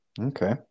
okay